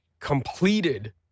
Completed